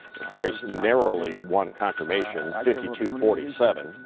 price narrowly won confirmation fifty two forty seven.